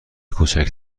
کوچک